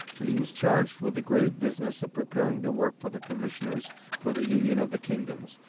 and he was charged with the grave business of preparing the work for the commissioners for the union of the kingdoms,